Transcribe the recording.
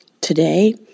Today